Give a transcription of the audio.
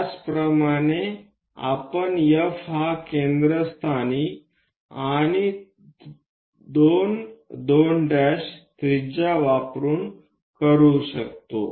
त्याचप्रमाणे आपण F हा केंद्रस्थानी आणि 2 2 त्रिज्या वापरून करू शकतो